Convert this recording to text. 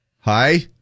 Hi